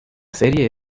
serie